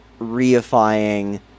reifying